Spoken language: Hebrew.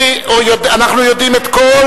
אנחנו יודעים את כל